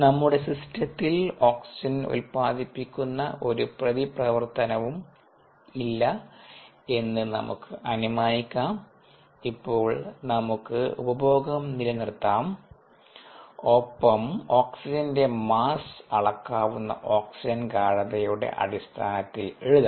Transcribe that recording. നമ്മുടെ സിസ്റ്റത്തിൽ ഓക്സിജൻ ഉൽപ്പാദിപ്പിക്കുന്ന ഒരു പ്രതിപ്രവർത്തനവും ഇല്ല എന്ന് നമുക്ക് അനുമാനിക്കാം ഇപ്പോൾ നമുക്ക് ഉപഭോഗം നിലനിർത്താം ഒപ്പം ഓക്സിജന്റെ മാസ്സ് അളക്കാവുന്ന ഓക്സിജൻ ഗാഢതയുടെ അടിസ്ഥാനത്തിൽ എഴുതാം